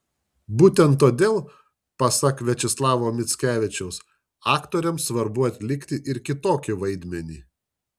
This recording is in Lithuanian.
būtent todėl pasak viačeslavo mickevičiaus aktoriams svarbu atlikti ir kitokį vaidmenį